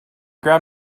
grab